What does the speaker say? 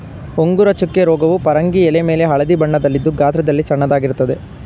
ಉಂಗುರ ಚುಕ್ಕೆ ರೋಗವು ಪರಂಗಿ ಎಲೆಮೇಲೆ ಹಳದಿ ಬಣ್ಣದಲ್ಲಿದ್ದು ಗಾತ್ರದಲ್ಲಿ ಸಣ್ಣದಾಗಿರ್ತದೆ